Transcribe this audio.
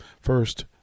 first